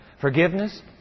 forgiveness